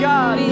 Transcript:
God